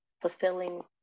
fulfilling